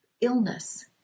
illness